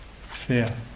Fear